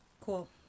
cool